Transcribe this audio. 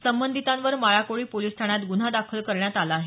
संबंधितावर Malakoli police ठाण्यात गुन्हा दाखल करण्यात आला आहे